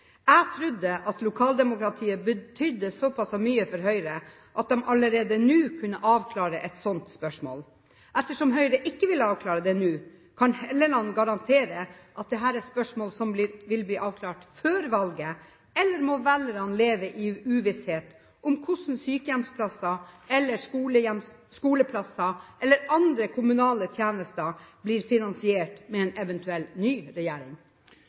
Jeg trodde at lokaldemokratiet betydde såpass mye for Høyre at de allerede nå kunne avklare et slikt spørsmål. Ettersom Høyre ikke vil avklare det nå – kan Helleland garantere at dette er spørsmål som vil bli avklart før valget, eller må velgerne leve i uvisshet om hvordan sykehjemsplasser, skoleplasser eller andre kommunale tjenester blir finansiert med en eventuell ny regjering?